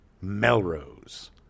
Melrose